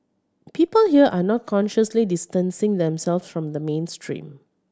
people here are not consciously distancing themselves from the mainstream